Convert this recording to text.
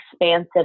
expansive